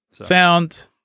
Sound